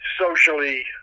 socially